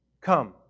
Come